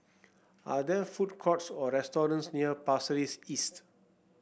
are there food courts or restaurants near Pasir Ris East